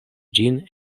ĝin